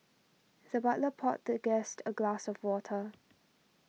the butler poured the guest a glass of water